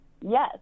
Yes